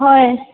ꯍꯣꯏ